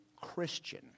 Christian